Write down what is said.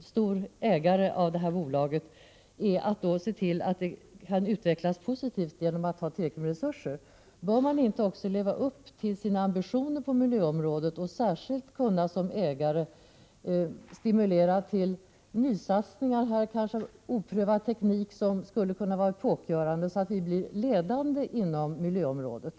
stor ägare av detta bolag är att se till att det kan utvecklas positivt genom att ha tillräckligt med resurser? Bör man inte också leva upp till sina ambitioner på miljöområdet och som ägare särskilt stimulera till nysatsningar kanske på oprövad teknik, som skulle kunna vara epokgörande så att vi kunde bli ledande inom miljöområdet?